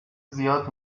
زیاد